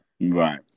Right